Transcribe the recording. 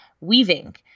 weaving